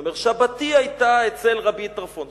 הוא אומר: שבתי היתה אצל רבי טרפון.